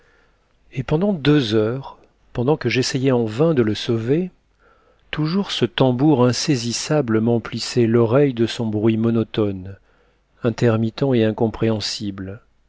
et pendant deux heures pendant que j'essayais en vain de le sauver toujours ce tambour insaisissable m'emplissait l'oreille de son bruit monotone intermittent et incompréhensible